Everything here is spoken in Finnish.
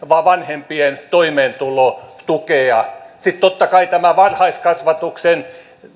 vanhempien toimeentulotukea totta kai myöskin tämä varhaiskasvatuksen